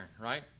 right